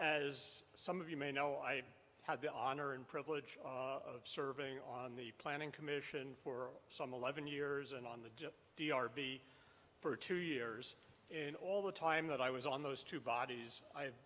as some of you may know i had the honor and privilege of serving on the planning commission for some eleven years and on the d r b for two years in all the time that i was on those two bodies i